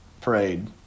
parade